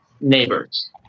neighbors